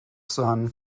son